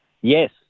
Yes